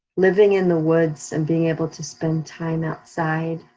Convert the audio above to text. living in the woods and being able to spend time outside.